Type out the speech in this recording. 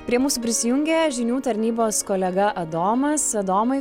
prie mūsų prisijungia žinių tarnybos kolega adomas adomai